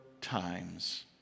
times